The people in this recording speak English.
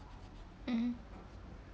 mmhmm